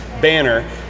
banner